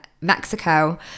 Mexico